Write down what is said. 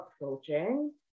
approaching